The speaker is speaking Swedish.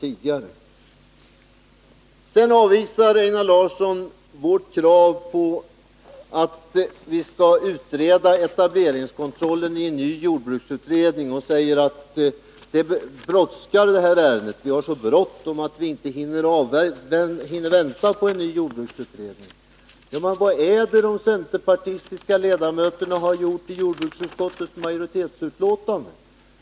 Einar Larsson avvisar vårt krav på att etableringskontrollen skall utredas i en ny jordbruksutredning med att säga att det här ärendet brådskar. Vi har så bråttom att vi inte hinner vänta på en ny jordbruksutredning, säger han. Vad har då de centerpartistiska ledamöterna gjort i jordbruksutskottets betänkande?